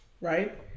right